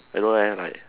I don't know leh like